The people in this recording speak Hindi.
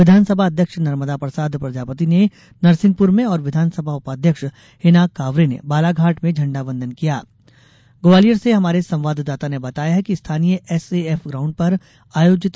विधानसभा अध्यक्ष नर्मदा प्रसाद प्रजापति ने नरसिंहपुर में और विधानसभा उपाध्यक्ष हिना कांवरे ने बालाघाट में झण्डावंदन ग्वालियर से हमारे संवाददाता ने बताया है कि स्थानीय एस ए एफ ग्प्रउंड पर आयोजित किया